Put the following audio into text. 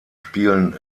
spielen